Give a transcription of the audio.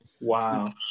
Wow